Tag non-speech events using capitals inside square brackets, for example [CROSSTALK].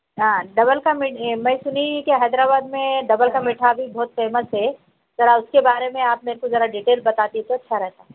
ہاں ڈبل کا [UNINTELLIGIBLE] میں سنی کہ حیدرآباد میں ڈبل کا میٹھا بھی بہت فیمس ہے ذرا اس کے بارے میں آپ میرے کو ذرا ڈٹیل بتاتیں تو اچھا رہتا